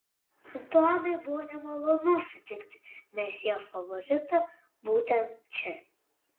antuanui buvo nemalonu sutikti mesjė favoritą būtent čia